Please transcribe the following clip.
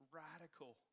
radical